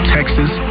Texas